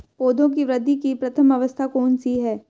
पौधों की वृद्धि की प्रथम अवस्था कौन सी है?